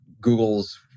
Google's